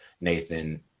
Nathan